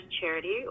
Charity